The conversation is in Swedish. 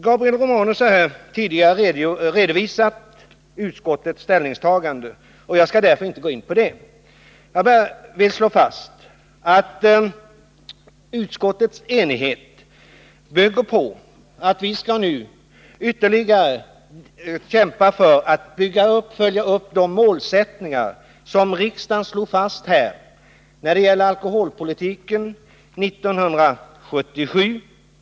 Gabriel Romanus har här redovisat utskottets ställningstagande, och därför skallinte jag ta upp den saken. Låt mig emellertid slå fast att utskottets enighet bygger på att vi nu ytterligare skall kämpa för att följa upp de målsättningar som riksdagen drog upp för alkoholpolitiken 1977.